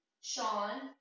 Sean